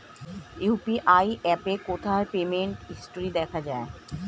UPI অ্যাপে কোথায় payment history দেখা যায়?